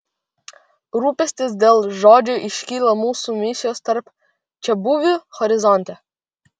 rūpestis dėl žodžio iškyla mūsų misijos tarp čiabuvių horizonte